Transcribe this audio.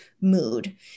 mood